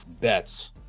bets